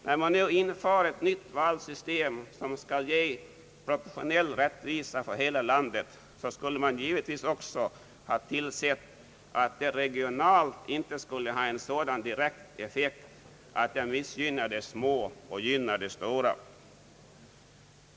När man nu inför ett nytt valsystem, som skall ge proportionell rättvisa för hela landet, skulle man givetvis också ha tillsett, att det regionalt inte skulle ha en sådan direkt effekt att det missgynnar de små och gynnar de stora.